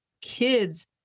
kids